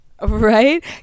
right